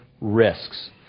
risks